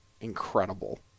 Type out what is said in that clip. incredible